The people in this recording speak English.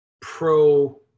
pro-